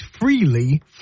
freely